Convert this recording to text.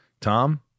Tom